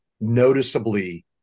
noticeably